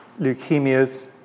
leukemias